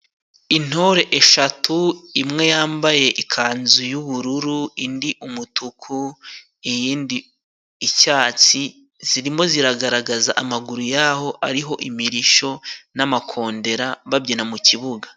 Intore eshatu imwe yambaye ikanzu y'ubururu, indi umutuku iyindi, icyatsi. Zirimo ziragaragaza amaguru yaho ariho imirishyo n'amakondera babyina mu kibuga.